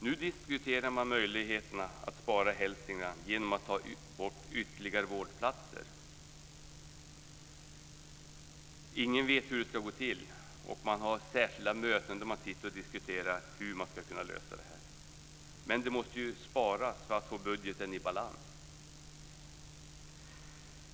Nu diskuterar man möjligheten att spara i Hälsingland genom att ta bort ytterligare vårdplatser. Ingen vet hur det ska gå till. Man har särskilda möten där man sitter och diskuterar hur man ska kunna lösa det här. Det måste ju sparas för att få budgeten i balans.